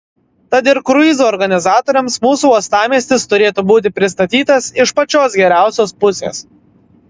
tad ir kruizų organizatoriams mūsų uostamiestis turėtų būti pristatytas iš pačios geriausios pusės